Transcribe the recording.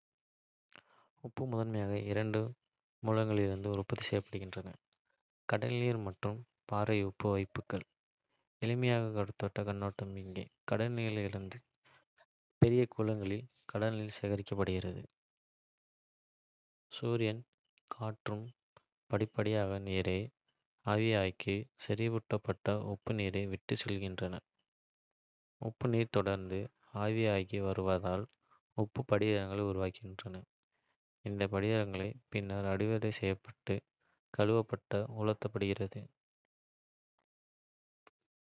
உப்பு முதன்மையாக இரண்டு மூலங்களிலிருந்து உற்பத்தி செய்யப்படுகிறது கடல் நீர் மற்றும் பாறை உப்பு வைப்புகள். எளிமைப்படுத்தப்பட்ட கண்ணோட்டம் இங்கே. கடல் நீரிலிருந்து. பெரிய குளங்களில் கடல் நீர் சேகரிக்கப்படுகிறது. சூரியனும் காற்றும் படிப்படியாக நீரை ஆவியாக்கி, செறிவூட்டப்பட்ட உப்புநீரை விட்டுச் செல்கின்றன. உப்புநீர் தொடர்ந்து ஆவியாகி வருவதால், உப்பு படிகங்கள் உருவாகின்றன. இந்த படிகங்கள் பின்னர் அறுவடை செய்யப்பட்டு, கழுவப்பட்டு உலர்த்தப்படுகின்றன.